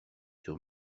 sur